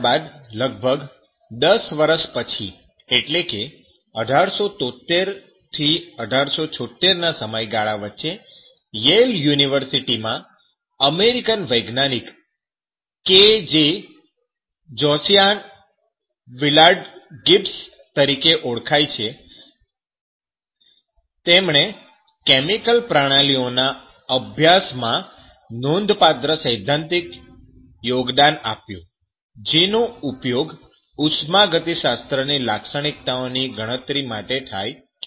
ત્યારબાદ લગભગ 10 વર્ષ પછી એટલે કે 1873 1876 ના સમયગાળા વચ્ચે યેલ યુનિવર્સિટી માં અમેરિકન વૈજ્ઞાનિક કે જે જોસિઆહ વિલાર્ડ ગિબ્સ તરીકે ઓળખાય છે તેમણે કેમિકલ પ્રણાલીઓના અભ્યાસમાં નોંધપાત્ર સૈદ્ધાંતિક યોગદાન આપ્યું જેનો ઉપયોગ ઉષ્માગતિશાસ્ત્ર ની લાક્ષણિકતાઓ ની ગણતરી માટે થાય છે